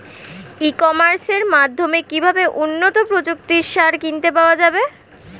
ই কমার্সের মাধ্যমে কিভাবে উন্নত প্রযুক্তির সার কিনতে পাওয়া যাবে?